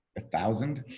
ah thousand.